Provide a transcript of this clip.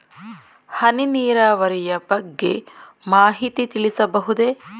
ಹನಿ ನೀರಾವರಿಯ ಬಗ್ಗೆ ಮಾಹಿತಿ ತಿಳಿಸಬಹುದೇ?